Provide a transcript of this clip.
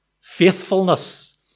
Faithfulness